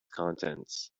contents